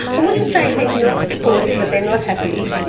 wouldn't say they're not supportive but they are not happy.